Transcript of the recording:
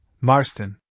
Marston